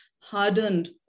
Hardened